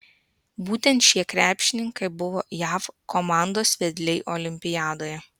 būtent šie krepšininkai buvo jav komandos vedliai olimpiadoje